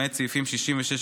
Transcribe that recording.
למעט סעיפים 66(1),